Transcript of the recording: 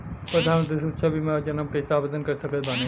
प्रधानमंत्री सुरक्षा बीमा योजना मे कैसे आवेदन कर सकत बानी?